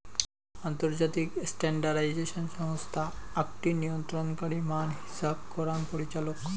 আন্তর্জাতিক স্ট্যান্ডার্ডাইজেশন সংস্থা আকটি নিয়ন্ত্রণকারী মান হিছাব করাং পরিচালক